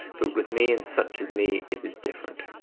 but with me and such as me it is different.